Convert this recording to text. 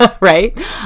Right